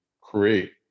create